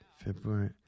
February